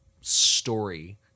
story